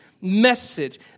message